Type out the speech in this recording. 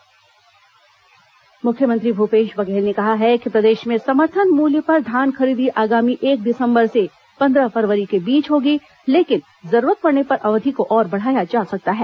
मुख्यमंत्री रानीतराई प्रवास मुख्यमंत्री भूपेश बघेल ने कहा है कि प्रदेश में समर्थन मूल्य पर धान खरीदी आगामी एक दिसंबर से पन्द्रह फरवरी के बीच होगी लेकिन जरूरत पड़ने पर अवधि को और बढ़ाया जा सकता है